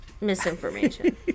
misinformation